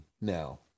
now